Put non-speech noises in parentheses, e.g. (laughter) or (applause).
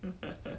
(laughs)